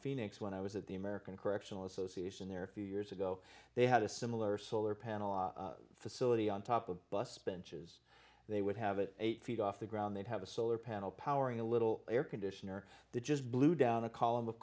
phoenix when i was at the american correctional association there a few years ago they had a similar solar panel facility on top of bus benches they would have it eight feet off the ground they'd have a solar panel powering a little air conditioner the just blew down a column of